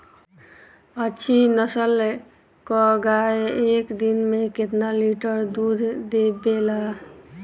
अच्छी नस्ल क गाय एक दिन में केतना लीटर दूध देवे ला?